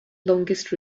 longest